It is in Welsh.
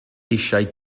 eisiau